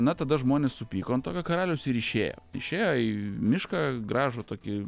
na tada žmonės supyko ant tokio karaliaus ir išėjo išėjo į mišką gražų tokį